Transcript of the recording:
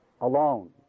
alone